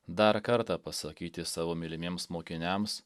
dar kartą pasakyti savo mylimiems mokiniams